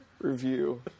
review